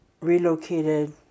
relocated